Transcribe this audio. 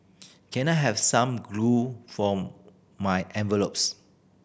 can I have some glue for my envelopes